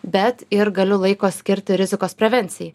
bet ir galiu laiko skirti rizikos prevencijai